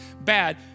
bad